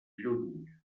lluny